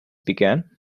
began